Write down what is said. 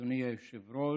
אדוני היושב-ראש,